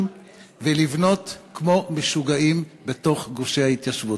ולבנות כמו משוגעים בתוך גושי ההתיישבות.